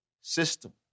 system